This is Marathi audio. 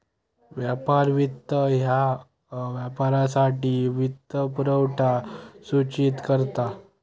व्यापार वित्त ह्या व्यापारासाठी वित्तपुरवठा सूचित करता